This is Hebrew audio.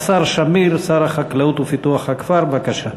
השר שמיר, שר החקלאות ופיתוח הכפר, בבקשה.